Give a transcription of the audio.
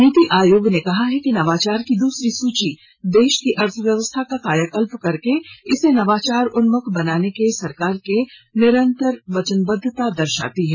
नीति आयोग ने कहा है कि नवाचार की दूसरी सूची देश की अर्थव्यवस्था का कायाकल्प करके इसे नवाचार उन्मुख बनाने से सरकार की निरन्तसर वचनबद्दता दर्शाती है